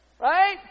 right